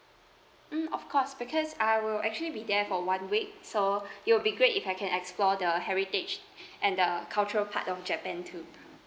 mm of course because I will actually be there for one week so it'll be great if I can explore the heritage and the cultural part of japan too